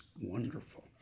wonderful